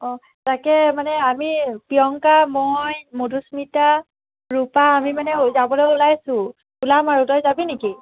অ' তাকে মানে আমি প্ৰিয়ংকা মই মধুস্মিতা ৰূপা আমি মানে যাবলৈ ওলাইছোঁ ওলাম আৰু তই যাবি নেকি